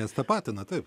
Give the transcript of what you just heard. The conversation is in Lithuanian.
nes tapatina taip